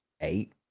eight